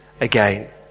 again